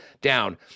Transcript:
down